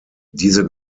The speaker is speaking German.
diese